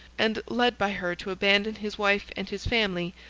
and led by her to abandon his wife and his family,